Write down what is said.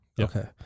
Okay